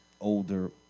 older